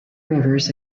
rivers